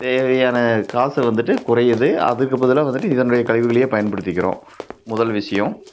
தேவையான காசு வந்துட்டு குறையுது அதுக்கு பதிலா வந்துட்டு இதனுடைய கழிவுகளையே பயன்படுத்திக்கிறோம் முதல் விஷயம்